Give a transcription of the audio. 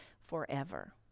forever